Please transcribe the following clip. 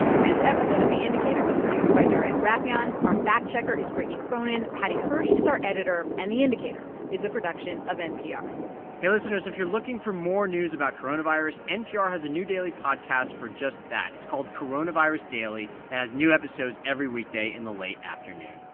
this episode of the indicator was produced by darius rafieyan. our fact-checker is brittany cronin. paddy hirsch is our editor, and the indicator is a production of npr hey, listeners. if you're looking for more news about coronavirus, npr has a new daily podcast for just that. it's called coronavirus daily. it has new episodes every weekday in the late afternoon